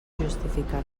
justifica